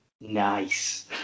Nice